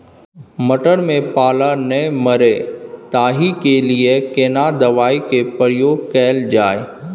मटर में पाला नैय मरे ताहि के लिए केना दवाई के प्रयोग कैल जाए?